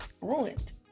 ruined